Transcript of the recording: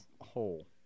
hole